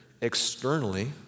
externally